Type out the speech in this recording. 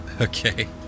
okay